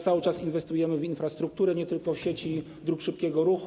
Cały czas inwestujemy w infrastrukturę, nie tylko w sieci dróg szybkiego ruchu.